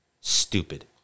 stupid